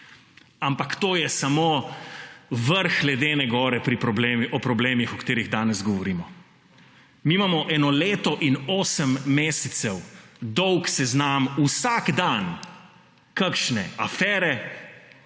Ampak to je samo vrh ledene gore pri problemih, o katerih danes govorimo. Mi imamo eno leto in osem mesecev dolg seznam vsak dan kakšne afere,